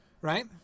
right